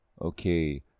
okay